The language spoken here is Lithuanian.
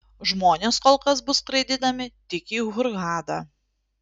žmonės kol kas bus skraidinami tik į hurgadą